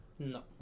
no